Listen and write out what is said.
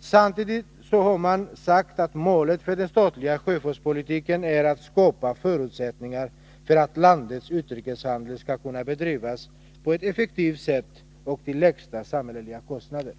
Samtidigt har man sagt att målet för den statliga sjöfartspolitiken är att skapa förutsättningar för att landets utrikeshandel skall kunna bedrivas på ett effektivt sätt och till lägsta möjliga kostnader.